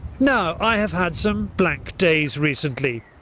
now i have had some blank days recently.